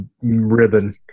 ribbon